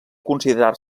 considerar